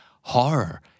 Horror